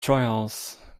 trials